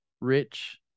rich